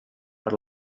per